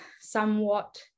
somewhat